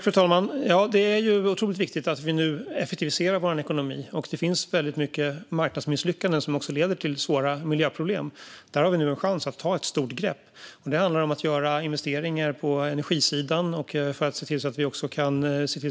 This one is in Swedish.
Fru talman! Det är otroligt viktigt att vi nu effektiviserar vår ekonomi. Det finns många marknadsmisslyckanden som också leder till svåra miljöproblem. Där har vi nu en chans att ta ett stort grepp. Det handlar om att göra investeringar på energisidan för att se till